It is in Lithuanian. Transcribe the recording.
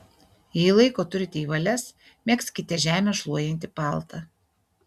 jei laiko turite į valias megzkite žemę šluojantį paltą